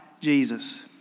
Jesus